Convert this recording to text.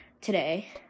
today